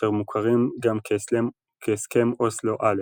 אשר מוכרים גם כהסכם "אוסלו א'"